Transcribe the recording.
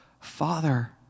Father